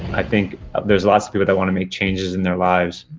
i think there's lots of people that want to make changes in their lives,